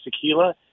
Tequila